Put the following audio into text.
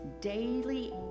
daily